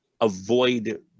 avoid